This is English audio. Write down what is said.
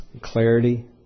clarity